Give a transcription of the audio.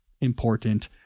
important